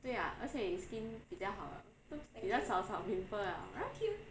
对 ah 而且你 skin 比较好 liao 比较少少 pimple liao right